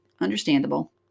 understandable